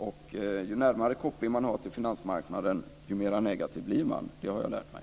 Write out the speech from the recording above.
Och ju närmare koppling man har till finansmarknaden desto mer negativ blir man. Det har jag lärt mig.